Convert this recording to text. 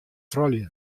froulju